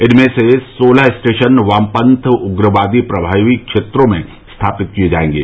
इनमें से सोलह स्टेशन वामपंथी उग्रवाद प्रभावी इलाकों में स्थापित किये जायेंगे